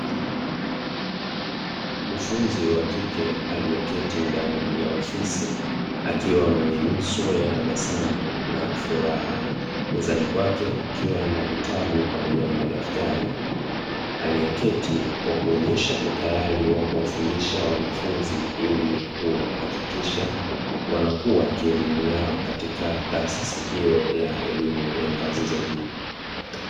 Mkufunzi wa kike aliyeketi ndani ya ofisi akiwa mwenye nyuso ya tabasamu na furaha, mezani kwake kukiwa na vitabu pamoja na madaftari aliyeketi; kwa kuonyesha utayari wa kuwafundisha wanafunzi ili kuhakikisha wanakua kielimu katika taasisi hiyo ya elimu ya ngazi za juu.